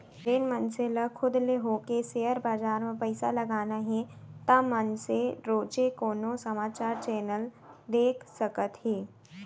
जेन मनसे ल खुद ले होके सेयर बजार म पइसा लगाना हे ता मनसे रोजे कोनो समाचार चैनल देख सकत हे